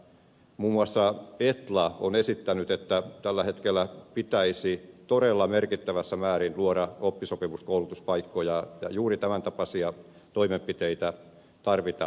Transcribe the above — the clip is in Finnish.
muun muassa etla on esittänyt että tällä hetkellä pitäisi todella merkittävässä määrin luoda oppisopimuskoulutuspaikkoja ja juuri tämäntapaisia toimenpiteitä tarvitaan